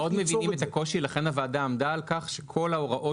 אנחנו מאוד מבינים את הקושי ולכן הוועדה עמדה על כך שכל ההוראות